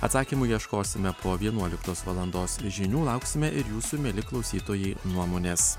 atsakymų ieškosime po vienuoliktos valandos žinių lauksime ir jūsų mieli klausytojai nuomonės